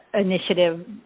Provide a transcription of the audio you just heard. initiative